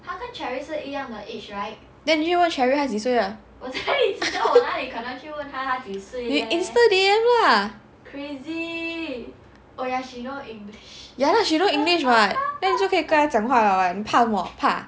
then 你去问 cherry 她几岁 lah 你 insta D_M lah ya lah she knows english [what] then 你就可以跟他讲话了 [what] 你怕什么你怕